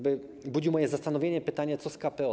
Budzi moje zastanowienie to pytanie: Co z KPO?